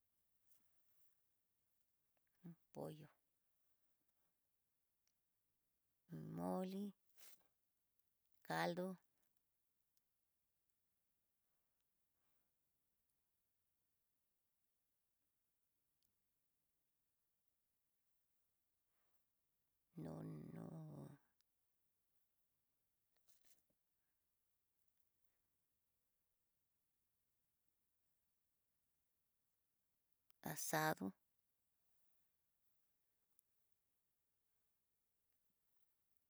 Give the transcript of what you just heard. Pollo moli, caldo, nono, asado.